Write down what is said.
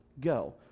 go